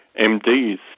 mds